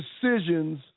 decisions